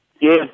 Yes